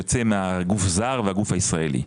יוצא מהגוף הזר והגוף הישראלי.